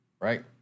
right